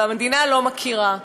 והמדינה לא מכירה,